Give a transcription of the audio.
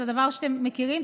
שזה דבר שאתם מכירים,